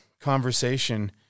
conversation